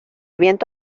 viento